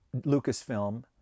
Lucasfilm